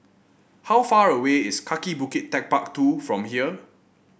how far away is Kaki Bukit TechparK Two from here